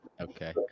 Okay